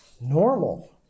normal